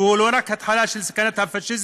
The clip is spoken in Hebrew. והוא לא רק התחלה של סכנת הפאשיזם,